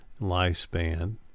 lifespan